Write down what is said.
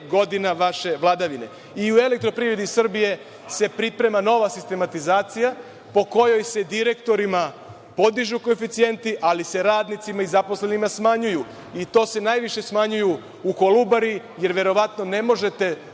godina vaše vladavine.I u EPS se priprema nova sistematizacija po kojoj se direktorima podižu koeficijenti, ali se radnicima i zaposlenima smanjuju i to se najviše smanjuju u „Kolubari“, jer verovatno ne možete